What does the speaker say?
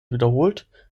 wiederholt